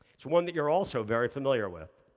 it's one that you're also very familiar with.